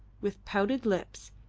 with pouted lips,